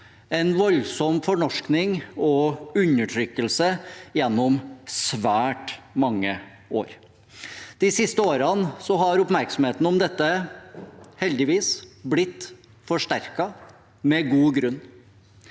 en voldsom fornorskning og undertrykkelse gjennom svært mange år. De siste årene har heldigvis oppmerksomheten om dette blitt forsterket, og med god grunn.